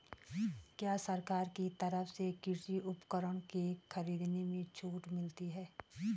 क्या सरकार की तरफ से कृषि उपकरणों के खरीदने में छूट मिलती है?